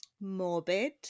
morbid